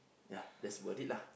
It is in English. ya that's about it lah